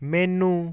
ਮੈਨੂੰ